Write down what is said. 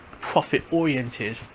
profit-oriented